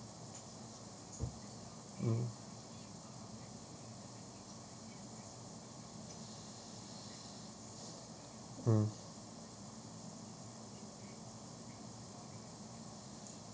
mm mm